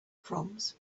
proms